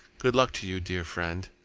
good luck to you, dear friend!